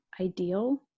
ideal